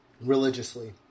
religiously